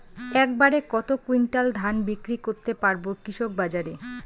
এক বাড়ে কত কুইন্টাল ধান বিক্রি করতে পারবো কৃষক বাজারে?